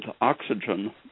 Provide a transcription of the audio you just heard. oxygen